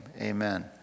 Amen